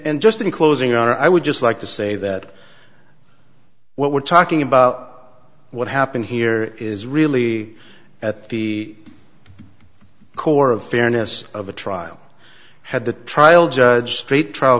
just in closing i would just like to say that what we're talking about what happened here is really at the core of fairness of a trial had the trial judge str